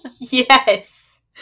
yes